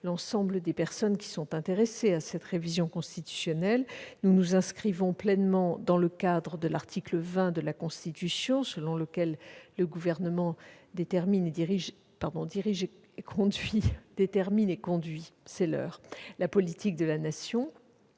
l'ensemble des personnes intéressées à cette révision constitutionnelle, dans le cadre de l'article 20 de la Constitution, selon lequel « le Gouvernement détermine et conduit la politique de la Nation